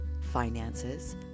finances